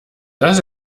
das